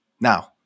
Now